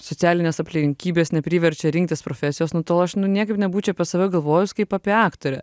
socialinės aplinkybės nepriverčia rinktis profesijos nu tol aš nu niekaip nebūčiau apie save galvojus kaip apie aktorę